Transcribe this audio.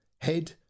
head